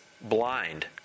blind